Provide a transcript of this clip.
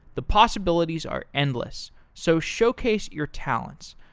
the possibilities are endless, so showcase your talents.